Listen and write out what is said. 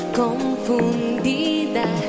confundida